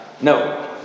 no